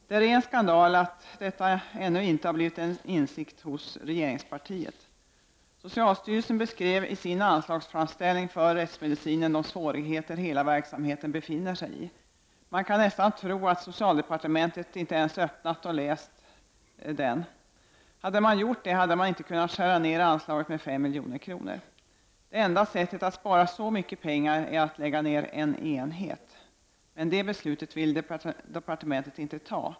Det är ren skandal att detta ännu inte har blivit en insikt hos regeringspartiet. Socialstyrelsen beskrev i sin anslagsframställning för rättsmedicinen de svårigheter hela verksamheten befinner sig i. Man kan nästan tro att socialdepartementet inte ens öppnat och läst den. Hade man gjort det hade man inte kunnat skära ner anslaget med 5 milj.kr. Det enda sättet att spara så mycket pengar är att lägga ner en enhet. Men det beslutet vill departementet inte ta.